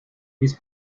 this